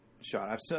shot